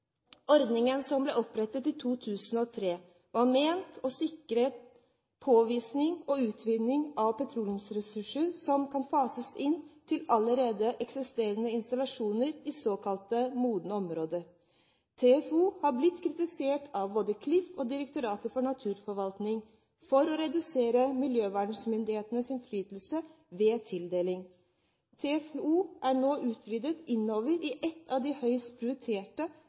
Ordningen, som ble opprettet i 2003, var ment å sikre påvisning og utvinning av petroleumsressurser som kan fases inn til allerede eksisterende installasjoner i såkalt modne områder. TFO har blitt kritisert av både Klima- og forurensningsdirektoratet og Direktoratet for naturforvaltning for å redusere miljøvernmyndighetenes innflytelse ved tildelinger. TFO er nå utvidet innover i et av de høyest prioriterte